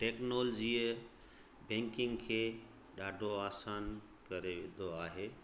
टेक्नोलॉजीअ बैंकिंग खे ॾाढो आसानु करे विधो आहे